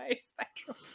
spectrum